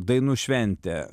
dainų šventė